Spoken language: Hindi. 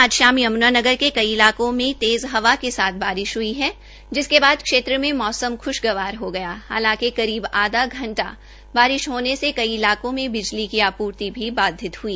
हरियाणा में आज शाम यमुनानगर के कई इलाकों में तेज़ हवा के साथ बारिश ह्ई है जिसके बाद क्षेत्र में मौसम ख्शगवार हो गया हालांकि करीब आधा घंटा बारिश होने से कई इलाकों में बिजली की आपूर्ति भी बाधित हुई